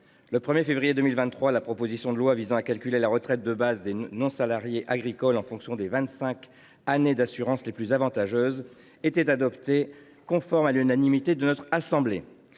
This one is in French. Le 1 février 2023, la proposition de loi visant à calculer la retraite de base des non salariés agricoles en fonction des vingt cinq années d’assurance les plus avantageuses était adoptée conforme et à l’unanimité par notre assemblée.